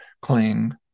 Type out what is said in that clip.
cling